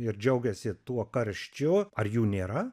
ir džiaugiasi tuo karščiu ar jų nėra